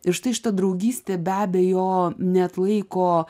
ir štai šita draugystė be abejo neatlaiko